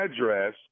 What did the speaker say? address